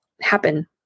happen